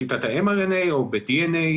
שיטת ה-MRNA או ב-DNA.